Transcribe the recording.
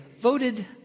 Voted